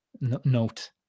note